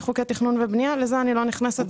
חוקי תכנון ובנייה - לזה אני לא נכנסת,